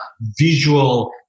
visual